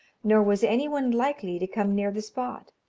nor was any one likely to come near the spot.